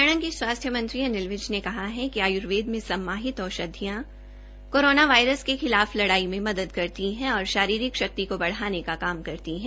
हरियाणा के स्वास्थ्य मंत्री अनिल विज ने कहा है कि आयर्वेद में सम्माहित औषधियां कोरोना वायरस के खिलाफ लड़ाई में मदद करती हैं तथा शारीरिक शक्ति को बढ़ाने का काम करती है